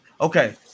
Okay